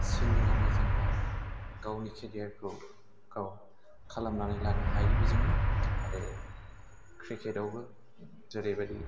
सुइमिंआव मोजांब्ला गावनि खेरियारखौ गाव खालामनानै लानो हायो बेजोंनो आरो क्रिकेटआवबो जेरैबादि